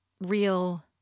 real